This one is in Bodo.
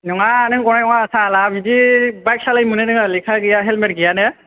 नङा नों गनाय नङा साला बिदि बाइक सालायनो मोनो नोङो लेका गैया हेलमेथ गैयानो